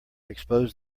exposed